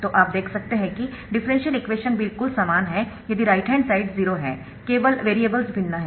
तो आप देख सकते है कि डिफरेंशियल इक्वेशन बिल्कुल समान है यदि राइट हैंड साइड्स 0 है केवल वेरिएबल्स भिन्न है